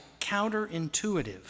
counterintuitive